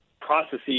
processes